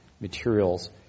materials